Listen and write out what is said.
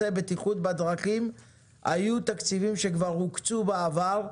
בטיחות בדרכים היו תקציבים שכבר הוקצו בעבר.